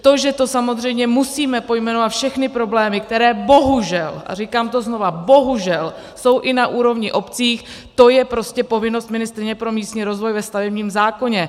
To, že to samozřejmě musíme pojmenovat, všechny problémy, které bohužel a říkám to znova, bohužel jsou i na úrovni obcí, to je prostě povinnost ministryně pro místní rozvoj ve stavebním zákoně.